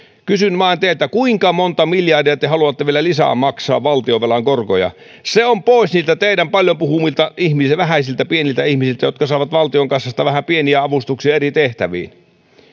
kysyn vain teiltä kuinka monta miljardia te haluatte vielä lisää maksaa valtionvelan korkoja se on pois niiltä teidän paljon puhumiltanne ihmisiltä vähäisiltä pieniltä ihmisiltä jotka saavat valtion kassasta vähän pieniä avustuksia eri tehtäviin